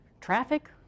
traffic